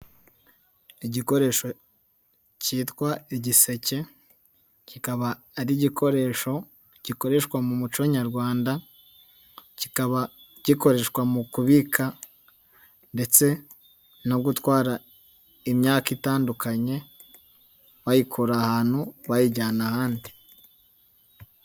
Igikoresho kitwa igiseke kikaba ari igikoresho gikoreshwa mu muco Nyarwanda kikaba gikoreshwa mu kubika ndetse no gutwara imyaka itandukanye bayikora ahantu bayijyana ahandi.